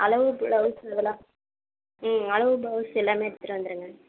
அளவு ப்ளவுஸ் இதுலாம் ம் அளவு ப்ளவுஸ் எல்லாம் எடுத்துட்டு வந்துருங்க